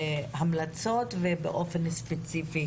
ההמלצות, ובאופן ספציפי